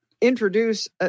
introduce